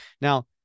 Now